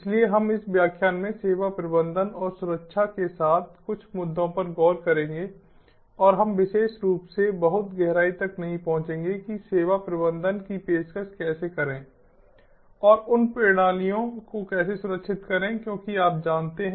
इसलिए हम इस व्याख्यान में सेवा प्रबंधन और सुरक्षा के साथ कुछ मुद्दों पर गौर करेंगे और हम विशेष रूप से बहुत गहराई तक नहीं पहुंचेंगे कि सेवा प्रबंधन की पेशकश कैसे करें और उन प्रणालियों को कैसे सुरक्षित करें क्योंकि आप जानते हैं